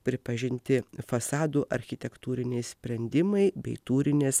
pripažinti fasadų architektūriniai sprendimai bei tūrinės